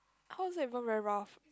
how's it even very rough